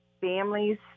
families